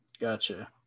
gotcha